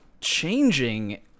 changing